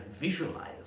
visualize